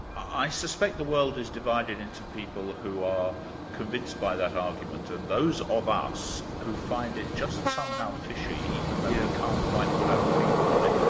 i suspect the world is divided into people who are convinced by that argument and those of us who find it just somehow fishy even though we can't quite put our finger on it.